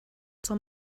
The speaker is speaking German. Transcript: zur